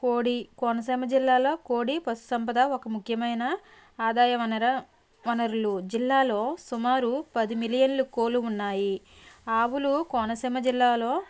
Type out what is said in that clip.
కోడి కోనసీమ జిల్లాలో కోడి పశుసంపద ఒక ముఖ్యమైన ఆదాయ వనర వనరులు జిల్లాలో సుమారు పది మిలియన్లు కోళ్లు ఉన్నాయి ఆవులు కోనసీమ జిల్లాలో